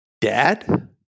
dad